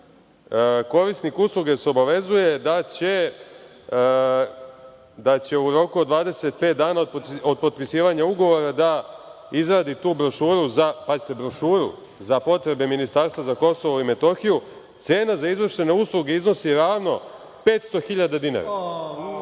korisnik usluge se obavezuje da će u roku od 25 dana od potpisivanja ugovora da izradi tu brošuru za, pazite, brošuru, za potrebe Ministarstva za Kosovo i Metohiju. Cena za izvršene usluge iznosi ravno 500.000 dinara.